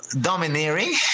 domineering